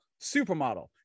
Supermodel